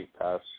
pass